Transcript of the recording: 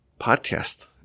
podcast